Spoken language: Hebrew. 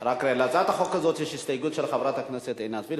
להצעת החוק הזאת יש הסתייגות של חברת הכנסת עינת וילף.